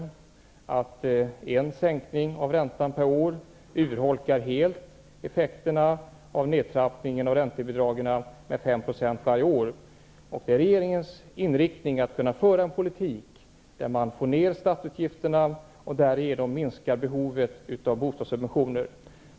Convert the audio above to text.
Han sade att en sänkning av räntan per år helt urholkar effekterna av nertrappningen av räntebidragen med 5 % varje år. Det är regeringens inriktning att föra en politik som innebär en minskning av statsutgifterna och därigenom en minskning av behovet av bostadssubventioner.